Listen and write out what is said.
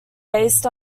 based